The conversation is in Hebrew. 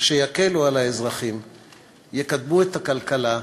שיקלו על האזרחים ויקדמו את הכלכלה,